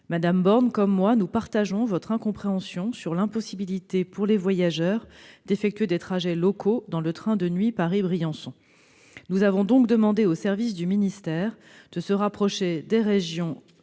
Mme Borne et moi partageons votre incompréhension sur l'impossibilité d'effectuer des trajets locaux dans le train de nuit Paris-Briançon. Nous avons donc demandé aux services du ministère de se rapprocher des régions